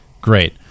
Great